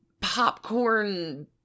popcorn